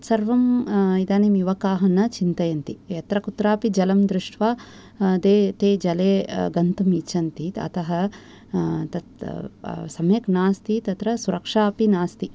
सर्वं युवकाः इदानीं न चिन्तयन्ति यत्र कुत्रापि जलं दृष्ट्वा ते ते जले गन्तुम् इच्छन्ति अतः तत् सम्यक् नास्ति तत्र सुरक्षा अपि नास्ति